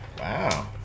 Wow